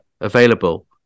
available